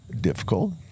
difficult